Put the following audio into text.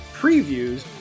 previews